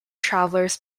travelers